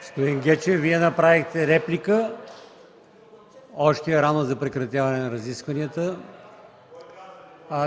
Господин Гечев, Вие направихте реплика, но още е рано за прекратяване на разискванията.